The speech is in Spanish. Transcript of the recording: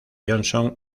johnson